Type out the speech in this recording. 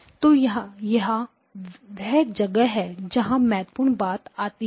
तो यहाँ वह जगह है जहाँ महत्वपूर्ण बात आती है